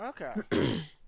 Okay